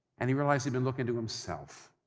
and he realized he'd been looking to himself.